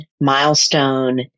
milestone